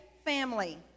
family